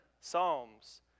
psalms